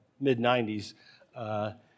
mid-90s